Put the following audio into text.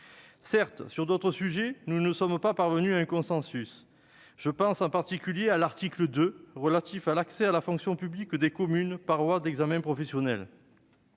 Certes, sur d'autres sujets, nous ne sommes pas parvenus à un consensus. Je pense en particulier à l'article 2 relatif à l'accès à la fonction publique des communes par voie d'examen professionnel.